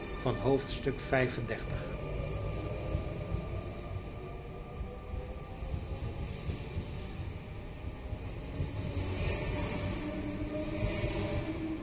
van vijf en dertig